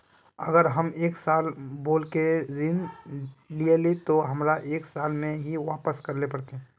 अगर हम एक साल बोल के ऋण लालिये ते हमरा एक साल में ही वापस करले पड़ते?